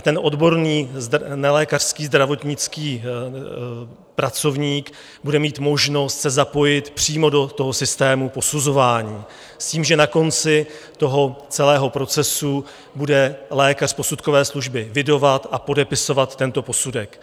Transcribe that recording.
Ten odborník, nelékařský zdravotnický pracovník, bude mít možnost se zapojit přímo do toho systému posuzování s tím, že na konci celého procesu bude lékař posudkové služby evidovat a podepisovat tento posudek.